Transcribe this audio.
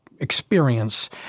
experience